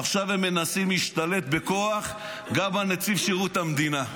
עכשיו הם מנסים להשתלט בכוח גם על נציב שירות המדינה.